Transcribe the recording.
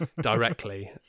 directly